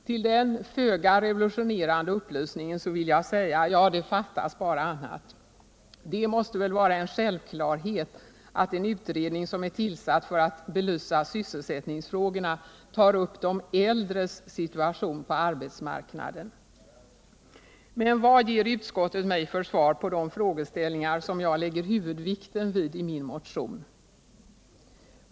Till den föga revolutionerande upplysningen vill jag säga: Ja, det fattas bara annat! Det måste väl vara en självklarhet att en utredning som är tillsatt för att belysa sysselsättningsfrågorna tar upp de äldres situation på arbetsmarknaden. Men vad ger utskottet mig för svar på de frågeställningar som jag lägger huvudvikten vid i min motion?